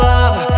Love